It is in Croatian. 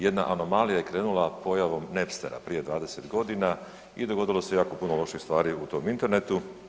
Jedna anomalija je krenula pojavom Nepstera prije 20.g. i dogodilo se jako puno loših stvari u tom internetu.